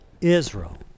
Israel